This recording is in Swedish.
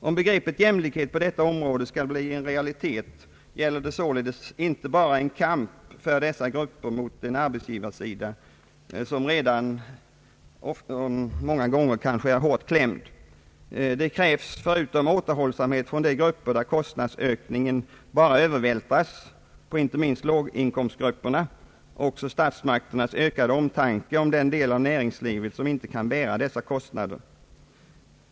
Om begreppet jämlikhet på detta område skall bli realitet, gäller det således inte bara en kamp för dessa grupper mot en arbetsgivarsida som redan är hårt klämd. Det krävs, förutom återhållsamhet från de grupper där kostnadsökningen bara övervältras på inte minst låginkomstgrupperna, också ökad omtanke från statsmakternas sida om den del av näringslivet som inte kan bära dessa kostnader.